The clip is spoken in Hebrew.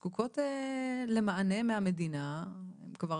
הן זקוקות למענה מהמדינה כבר,